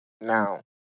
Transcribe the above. Now